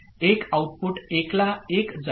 1 output 1 ला 1 जाईल